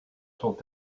sont